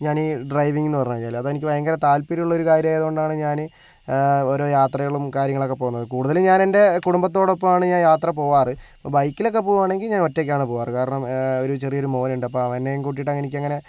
ഞാനീ ഡ്രൈവിങ്ങ് എന്നു പറഞ്ഞ് കഴിഞ്ഞാല് അത് എനിക്ക് ഭയങ്കര താല്പര്യമുള്ളൊരു കാര്യമായതുകൊണ്ടാണ് ഞാൻ ഓരോ യാത്രകളും കാര്യങ്ങളൊക്കെ പോകുന്നത് കൂടുതലും ഞാനെൻ്റെ കുടുംബത്തോടൊപ്പമാണ് ഞാൻ യാത്ര പോവാറ് ഇപ്പോൾ ബൈക്കിലൊക്കെ പോകുകയാണെങ്കിൽ ഞാൻ ഒറ്റയ്ക്കാണ് പോവാറ് കാരണം ഒരു ചെറിയൊരു മോനുണ്ട് അപ്പോൾ അവനേയും കൂട്ടിയിട്ട് എനിക്കങ്ങനെ